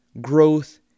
growth